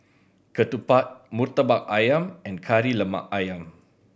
ketupat Murtabak Ayam and Kari Lemak Ayam